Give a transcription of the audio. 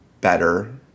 better